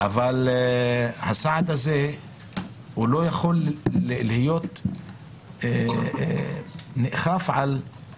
אבל הסעד הזה לא יכול להיות נאכף כי